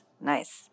Nice